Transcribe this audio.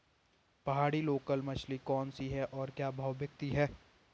पहाड़ी लोकल मछली कौन सी है और क्या भाव बिकती है?